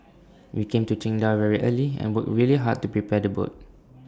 we came to Qingdao very early and worked really hard to prepare the boat